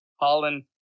Holland